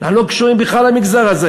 אנחנו לא קשורים בכלל למגזר הזה,